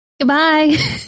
Goodbye